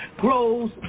grows